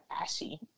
ashy